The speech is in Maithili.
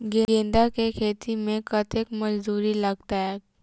गेंदा केँ खेती मे कतेक मजदूरी लगतैक?